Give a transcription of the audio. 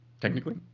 Technically